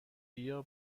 بیا